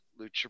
Lucha